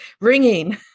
Ringing